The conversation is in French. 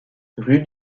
rue